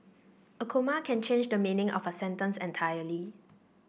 a comma can change the meaning of a sentence entirely